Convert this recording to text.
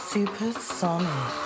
Supersonic